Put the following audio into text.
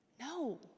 No